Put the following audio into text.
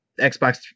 Xbox